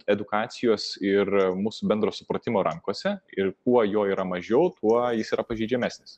edukacijos ir mūsų bendro supratimo rankose ir kuo jo yra mažiau tuo jis yra pažeidžiamesnis